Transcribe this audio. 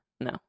No